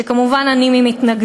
שאני כמובן ממתנגדיה,